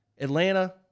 Atlanta